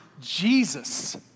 Jesus